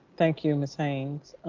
thank you ms. haynes.